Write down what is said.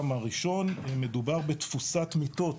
גם מהראשון מדובר בתפיסת מיטות.